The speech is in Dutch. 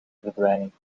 verdwijning